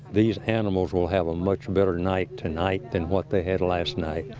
these animals will have a much better night tonight than what they had last night.